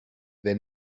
they